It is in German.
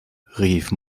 rief